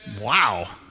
Wow